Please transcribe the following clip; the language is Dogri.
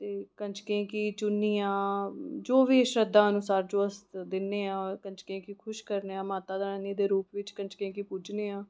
ते कंजकें गी चून्नियां जो बी श्रध्दा अनुसार जो अस दिन्नेआं कंजकें गी खुश करन्ने आं माता रानी दे रूप च कंजकें गी पुज्जने आं